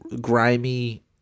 grimy